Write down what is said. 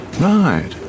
Right